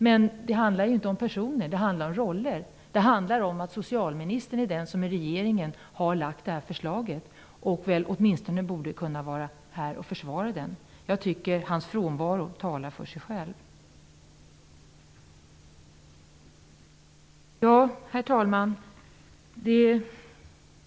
Men det handlar inte om personer, utan det handlar om roller. Det handlar om att socialministern är den som i regeringen har lagt fram förslaget och väl också borde kunna vara här och försvara det. Jag tycker att hans frånvaro talar för sig själv. Herr talman!